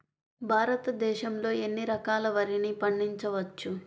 భారతదేశంలో ఎన్ని రకాల వరిని పండించవచ్చు